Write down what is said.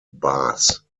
bars